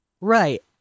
Right